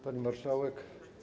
Pani Marszałek!